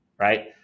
right